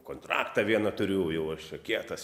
kontraktą vieną turiu jau aš čia kietas